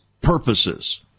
purposes